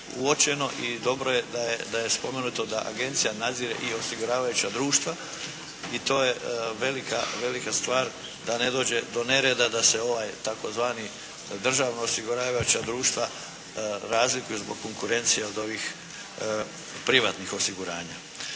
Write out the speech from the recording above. uočeno i dobro je da je spomenuto da agencija nadzire i osiguravajuća društva i to je velika stvar da ne dođe do nereda da se ovaj tzv. državna osiguravajuća društva razlikuju zbog konkurencije od ovih privatnih osiguranja.